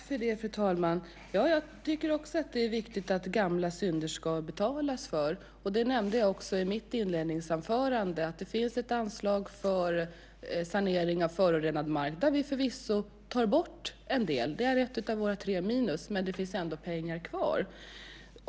Fru talman! Jag tycker också att det är viktigt att gamla synder ska betalas. Jag nämnde i mitt inledningsanförande att det finns ett anslag för sanering av förorenad mark. Vi tar förvisso bort en del. Det är ett av våra tre minus, men det finns ändå pengar kvar.